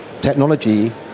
technology